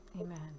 Amen